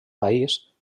país